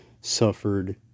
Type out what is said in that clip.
suffered